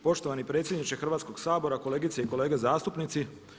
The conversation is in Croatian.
Poštovani predsjedniče Hrvatskog sabora, kolegice i kolege zastupnici.